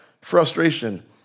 frustration